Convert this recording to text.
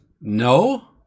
No